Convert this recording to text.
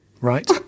Right